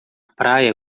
praia